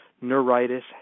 neuritis